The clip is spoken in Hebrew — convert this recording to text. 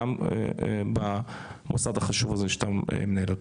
גם במוסד החשוב הזה שאתה מנהל אותו.